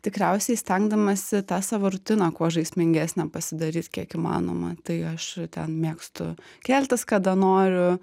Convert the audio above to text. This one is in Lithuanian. tikriausiai stengdamasi tą savo rutiną kuo žaismingesnę pasidaryt kiek įmanoma tai aš ten mėgstu keltis kada noriu